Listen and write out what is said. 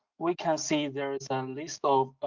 we can see there is a list of